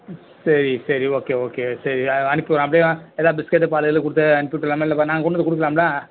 சரி சரி okay okay சரி அனுப்பி அப்படியே எதாவது பிஸ்கட்டு பால் கீலு கொடுத்து அனுப்பிவிட்ருறாம்முல இல்லை நாங்கள் கொண்டு வந்து கொடுக்குலாமுல